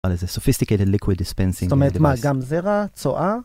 איזה סופיסטיקייטד ליקווי דיספנסינג, זאת אומרת מה גם זרע, צואה.